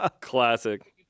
Classic